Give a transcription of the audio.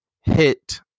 hit